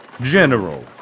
General